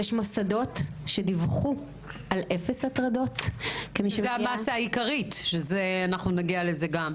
יש מוסדות שדיווחו על אפס הטרדות -- שזו המסה העיקרית ונגיע לזה גם.